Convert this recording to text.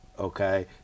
Okay